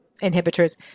inhibitors